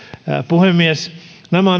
puhemies nämä